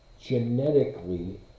genetically